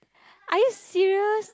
are you serious